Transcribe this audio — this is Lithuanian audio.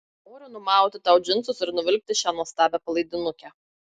noriu numauti tau džinsus ir nuvilkti šią nuostabią palaidinukę